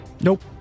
Nope